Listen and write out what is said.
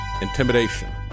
intimidation